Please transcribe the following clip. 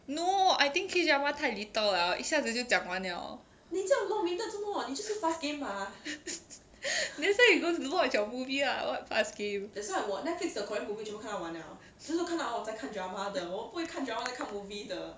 no I think K drama 太 little 了一下子就讲完了 next time you go and watch your movie lah what fast game